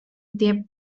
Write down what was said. their